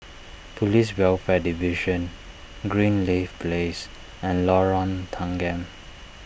Police Welfare Division Greenleaf Place and Lorong Tanggam